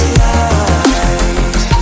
light